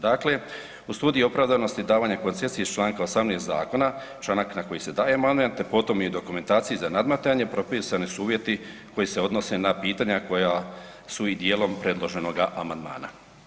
Dakle u studiji opravdanosti davanja koncesije iz čl. 18. zakona, članak na koji se daje amandman te potom i dokumentacije za nadmetanje, propisani su uvjeti koji se odnose na pitanja koja su i djelom predloženoga amandmana.